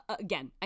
again